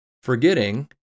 Forgetting